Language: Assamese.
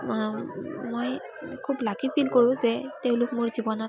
মই খুব লাকী ফীল কৰোঁ যে তেওঁলোক মোৰ জীৱনত